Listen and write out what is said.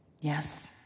Yes